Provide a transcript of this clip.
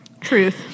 Truth